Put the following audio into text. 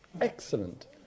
excellent